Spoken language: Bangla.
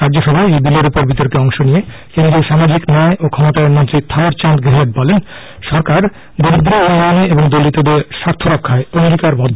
রাজ্যসভায় এই বিলের উপর বিতর্কে অংশ নিয়ে কেন্দ্রীয় সামাজিক ন্যায় ও ফকমতায়ন মন্ত্রী থাওয়ার চান্দ গেহলট বলেন সরকার দরিদের উন্নয়নে এবং দলিতদের স্বার্থরক্ষায় অঙ্গীকারবদ্ধ